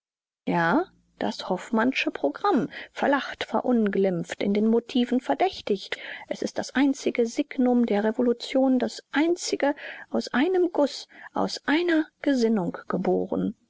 ja das hoffmannsche programm verlacht verunglimpft in den motiven verdächtigt es ist das einzige signum der revolution das einzige aus einem guß aus einer gesinnung geboren